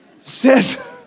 Says